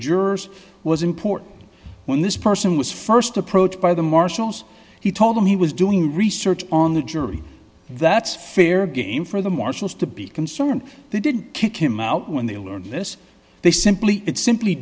jurors was important when this person was st approached by the marshals he told them he was doing research on the jury that's fair game for the marshals to be concerned they didn't kick him out when they learned this they simply it simply